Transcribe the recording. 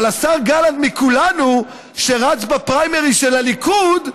אבל השר גלנט מכולנו, שרץ בפריימריז של הליכוד,